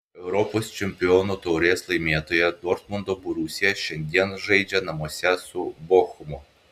europos čempionų taurės laimėtoja dortmundo borusija šiandien žaidžia namuose su bochumu